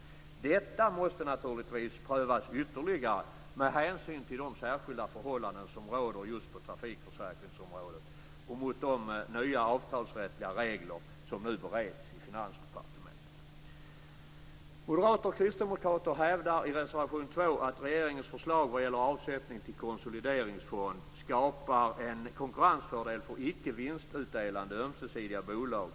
Detta måste naturligtvis prövas ytterligare med hänsyn till de särskilda förhållanden som råder just på trafikförsäkringsområdet och mot de nya avtalsrättsliga regler som nu bereds i Finansdepartementet. I reservation 2 hävdar moderater och kristdemokrater att regeringens förslag vad gäller avsättning till konsolideringsfond skapar en konkurrensfördel för icke vinstutdelande ömsesidiga bolag.